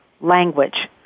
language